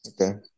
Okay